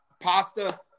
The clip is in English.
Pasta